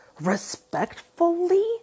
respectfully